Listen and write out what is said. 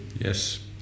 Yes